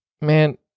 man